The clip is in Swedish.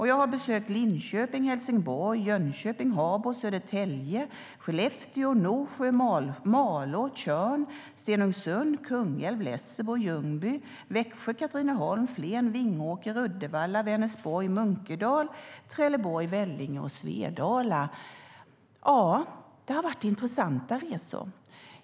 Jag har besökt Linköping, Helsingborg, Jönköping, Habo, Södertälje, Skellefteå, Norsjö, Malå, Tjörn, Stenungsund, Kungälv, Lessebo, Ljungby, Växjö, Katrineholm, Flen, Vingåker, Uddevalla, Vänersborg, Munkedal, Trelleborg, Vellinge och Svedala. Det har varit intressanta resor.